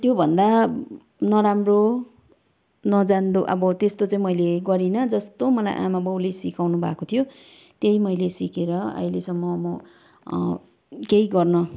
त्यो भन्दा नराम्रो नजान्दो अब त्यस्तो चाहिँ मैले गरिनँ जस्तो मलाई आमा बाउले सिकाउनुभएको थियो त्यही मैले सिकेर अहिलेसम्म म केही गर्न